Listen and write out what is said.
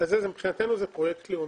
מבחינתנו זה פרויקט לאומי.